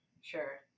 sure